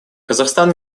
казахстан